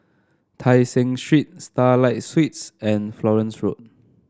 Tai Seng Street Starlight Suites and Florence Road